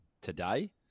today